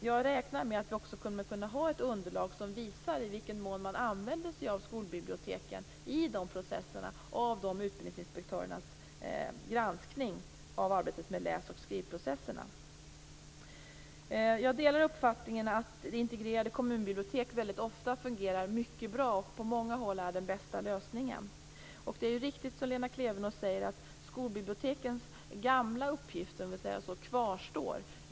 Jag räknar med att vi i utbildningsinspektörernas granskning av arbetet med läs och skrivprocesserna kommer att kunna få ett underlag som visar i vilken mån skolan använder sig av skolbiblioteken i de här processerna. Jag delar uppfattningen att integrerade kommunbibliotek väldigt ofta fungerar mycket bra. På många håll är det den bästa lösningen. Det är riktigt som Lena Klevenås säger, att skolbibliotekens gamla uppgift kvarstår.